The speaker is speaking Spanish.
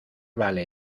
vale